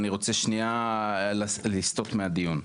אני רוצה רגע לסטות מהדיון.